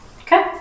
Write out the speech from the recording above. Okay